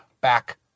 back